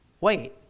Wait